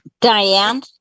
Diane